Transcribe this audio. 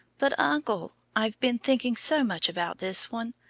but, uncle, i've been thinking so much about this one.